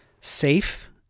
safe